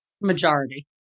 Majority